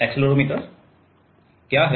और एक्सेलेरोमीटर क्या है